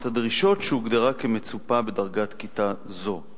הדרישות שהוגדרה כמצופה בדרגת כיתה זו.